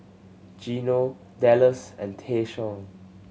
Geno Dallas and Tayshaun